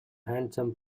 handsome